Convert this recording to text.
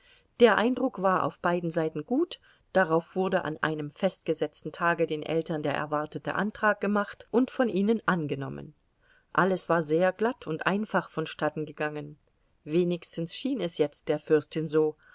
der eindruck war auf beiden seiten gut darauf wurde an einem festgesetzten tage den eltern der erwartete antrag gemacht und von ihnen angenommen alles war sehr glatt und einfach vonstatten gegangen wenigstens schien es jetzt der fürstin so